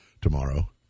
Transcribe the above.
tomorrow